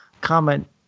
comment